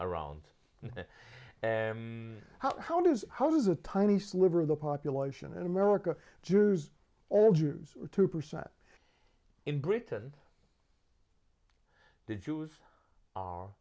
around how does how does a tiny sliver of the population in america jews all jews are two percent in britain the jews are